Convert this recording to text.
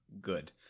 good